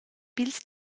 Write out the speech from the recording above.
pils